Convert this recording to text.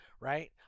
right